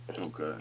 Okay